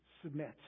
submit